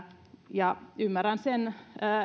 ymmärrän sen